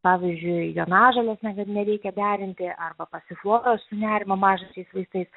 pavyzdžiui jonažolės niekad nereikia derinti arba pasifloros su nerimą mažinančiais vaistais